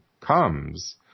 comes